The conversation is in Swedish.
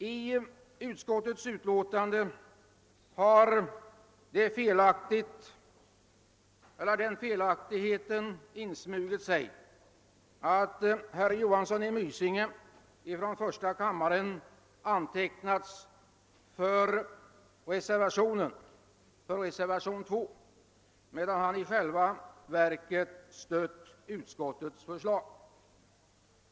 | I utskottsutlåtandet har den felaktigheten insmugit sig, att herr Johansson i Mysinge i första kammaren antecknats för reservationen 2, medan han i själva verket stött utskottets förslag.